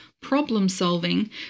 problem-solving